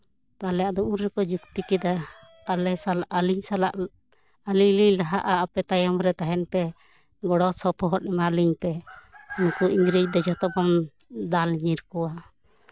ᱛᱟᱦᱚᱞᱮ ᱟᱫᱚ ᱩᱱ ᱨᱮᱠᱚ ᱡᱩᱠᱛᱤ ᱠᱮᱫᱟ ᱟᱞᱮ ᱥᱟᱞᱟᱜ ᱟᱞᱤᱧ ᱥᱟᱞᱟᱜ ᱟᱞᱤᱧ ᱞᱤᱧ ᱞᱟᱦᱟᱜᱼᱟ ᱟᱯᱮ ᱛᱟᱭᱚᱢ ᱨᱮ ᱛᱟᱦᱮᱱ ᱯᱮ ᱜᱚᱲᱚᱥᱚᱯᱚᱦᱚᱫ ᱮᱢᱟ ᱞᱤᱧ ᱯᱮ ᱱᱩᱠᱩ ᱤᱝᱨᱮᱡᱽ ᱫᱚ ᱡᱷᱚᱛᱚ ᱵᱚᱱ ᱫᱟᱞ ᱧᱤᱨ ᱠᱚᱣᱟ